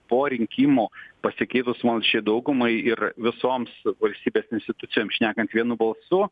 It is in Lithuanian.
po rinkimų pasikeitus molsčiai daugumai ir visoms valstybės institucijoms šnekant vienu balsu